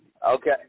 Okay